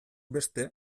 beste